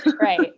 right